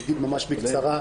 אני אגיד ממש בקצרה.